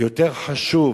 שיותר חשובה